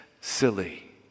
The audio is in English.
silly